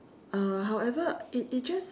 uh however it it just